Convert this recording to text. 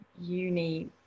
uni